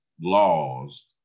laws